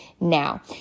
now